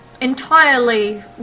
entirely